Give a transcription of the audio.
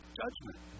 judgment